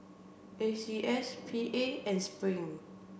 A C S P A and Spring